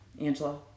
Angela